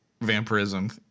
vampirism